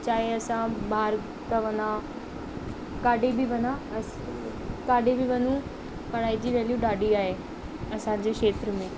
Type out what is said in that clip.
चाहे असां ॿाहिरि त वञा काॾे बि वञा असां काॾे बि वञू पढ़ाई जी वेल्यू ॾाढी आहे असंजे खेत्र में